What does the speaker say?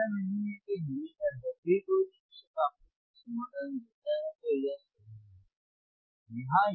ऐसा नहीं है कि हमेशा जब भी कोई शिक्षक आपको कोई समाधान देता है तो यह सही है